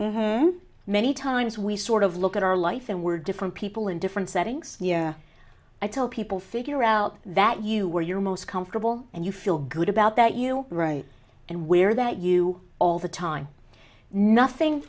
are many times we sort of look at our life and we're different people in different settings i tell people figure out that you wear your most comfortable and you feel good about that you write and wear that you all the time nothing